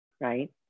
right